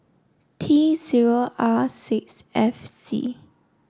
T zero R six F C